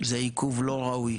זה עיכוב לא ראוי